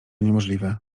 niemożliwe